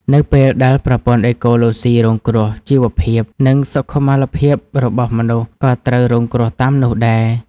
នៅពេលដែលប្រព័ន្ធអេកូឡូស៊ីរងគ្រោះ ជីវភាព និងសុខុមាលភាពរបស់មនុស្សក៏ត្រូវរងគ្រោះតាមនោះដែរ។